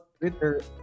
Twitter